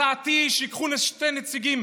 הצעתי שייקחו שני נציגים